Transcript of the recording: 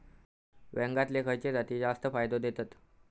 वांग्यातले खयले जाती जास्त फायदो देतत?